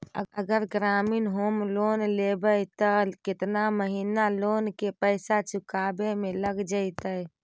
अगर ग्रामीण home loan लेबै त केतना महिना लोन के पैसा चुकावे में लग जैतै?